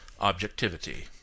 Objectivity